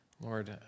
Lord